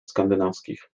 skandynawskich